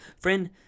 Friend